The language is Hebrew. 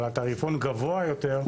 אבל התעריפון גבוה יותר.